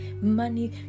money